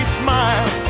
smile